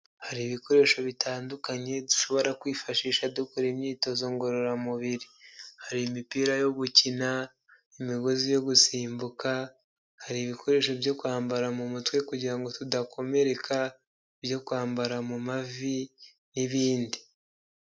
Hari ibikoresho bitandukanye dushobora kwifashisha dukora imyitozo ngororamubir: hari imipira yo gukina, imigozi yo gusimbuka, hari ibikoresho byo kwambara mu mutwe kugirango tudakomereka, byo kwambara mu mavi n'ibindi.